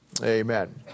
amen